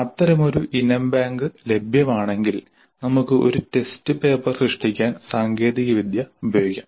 അത്തരമൊരു ഇനം ബാങ്ക് ലഭ്യമാണെങ്കിൽ നമുക്ക് ഒരു ടെസ്റ്റ് പേപ്പർ സൃഷ്ടിക്കാൻ സാങ്കേതികവിദ്യ ഉപയോഗിക്കാം